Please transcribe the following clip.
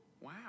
Wow